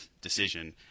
decision